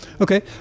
okay